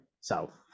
south